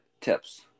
tips